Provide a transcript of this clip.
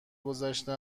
گذشته